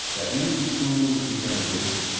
that you could prove he never did it.